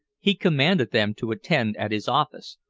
he commanded them to attend at his office,